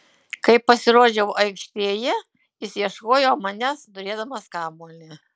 kai pasirodžiau aikštėje jis ieškojo manęs turėdamas kamuolį